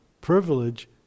privilege